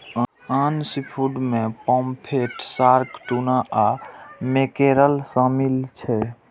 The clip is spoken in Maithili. आन सीफूड मे पॉमफ्रेट, शार्क, टूना आ मैकेरल शामिल छै